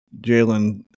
Jalen